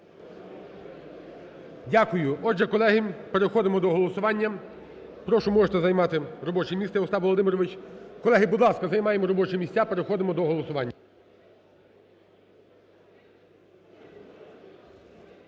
Дякую. Отже, колеги, переходимо до голосування. Прошу, можете займати робоче місце, Остап Володимирович. Колеги, будь ласка, займаємо робочі місця, переходимо до голосування.